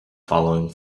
following